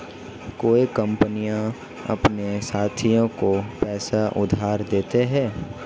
कई कंपनियां अपने साथियों को पैसा उधार देती हैं